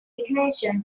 evacuation